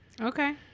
Okay